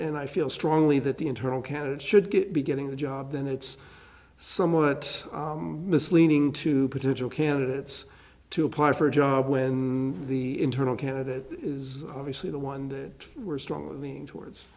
and i feel strongly that the internal candidate should get be getting the job then it's somewhat misleading to potential candidates to apply for a job when the internal candidate is obviously the one that we're strong